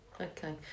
okay